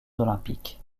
olympiques